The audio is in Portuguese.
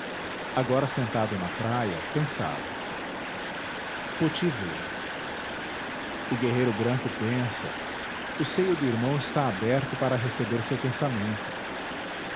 agora sentado na praia pensava poti veio o guerreiro branco pensa o seio do irmão está aberto para receber seu pensamento